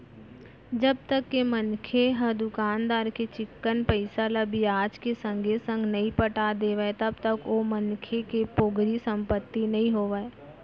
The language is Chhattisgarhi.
जब तक के मनखे ह दुकानदार के चिक्कन पइसा ल बियाज के संगे संग नइ पटा देवय तब तक ओ मनखे के पोगरी संपत्ति नइ होवय